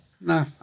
No